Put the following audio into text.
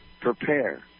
prepare